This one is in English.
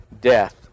death